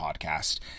podcast